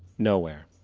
nowhere.